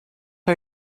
are